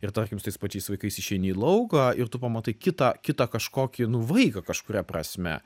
ir tarkim su tais pačiais vaikais išeini į lauką ir tu pamatai kitą kitą kažkokį nu vaiką kažkuria prasme